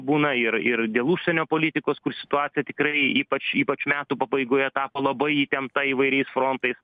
būna ir ir dėl užsienio politikos kur situacija tikrai ypač ypač metų pabaigoje tapo labai įtempta įvairiais frontais